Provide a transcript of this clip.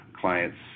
clients